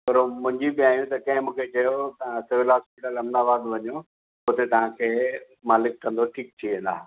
थोरो मुंझी पिया आहियूं त कंहिं मूंखे चयो तव्हां सिविल हॉस्पीटल अहमदाबाद वञो हुते तव्हांखे मालिक कंदो ठीकु थी वेंदा